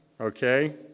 Okay